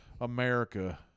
America